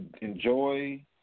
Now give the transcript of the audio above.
enjoy